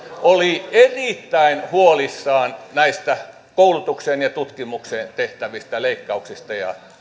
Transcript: oli erittäin huolissaan näistä koulutukseen ja tutkimukseen tehtävistä leikkauksista ja